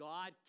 God